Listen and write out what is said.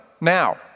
now